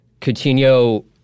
Coutinho